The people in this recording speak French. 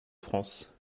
france